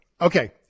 Okay